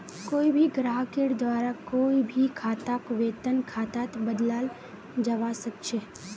कोई भी ग्राहकेर द्वारा कोई भी खाताक वेतन खातात बदलाल जवा सक छे